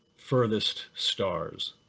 furthest stars,